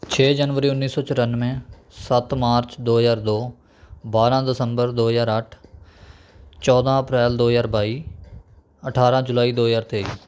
ਛੇ ਜਨਵਰੀ ਉੱਨੀ ਸੌ ਚੁਰਾਨਵੇਂ ਸੱਤ ਮਾਰਚ ਦੋ ਹਜ਼ਾਰ ਦੋ ਬਾਰਾਂ ਦਸੰਬਰ ਦੋ ਹਜ਼ਾਰ ਅੱਠ ਚੌਦਾਂ ਅਪ੍ਰੈਲ ਦੋ ਹਜ਼ਾਰ ਬਾਈ ਅਠਾਰਾਂ ਜੁਲਾਈ ਦੋ ਹਜ਼ਾਰ ਤੇਈ